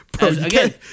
Again